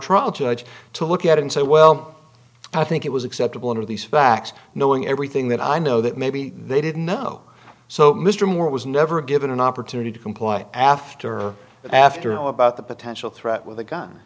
trial judge to look at and say well i think it was acceptable under these facts knowing everything that i know that maybe they didn't know so mr moore was never given an opportunity to comply after after all about the potential threat with a gun